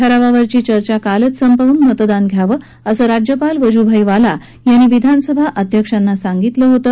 ठरावावरची चर्चा कालच संपवून मतदान घ्यावं असं राज्यपाल वजूभाई वाला यांनी विधानसभा अध्यक्षांनी सांगितलं होतं